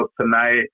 tonight